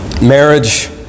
Marriage